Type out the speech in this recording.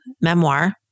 memoir